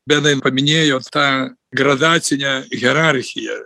benai paminėjot tą gradacinę hierarchiją